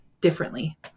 differently